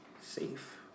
safe